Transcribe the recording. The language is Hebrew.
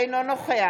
אינו נוכח